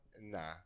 nah